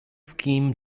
scheme